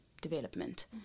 development